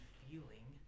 feeling